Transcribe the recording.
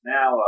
Now